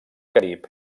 carib